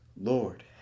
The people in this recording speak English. Lord